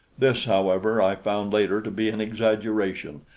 this, however, i found later to be an exaggeration,